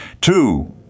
Two